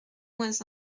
moins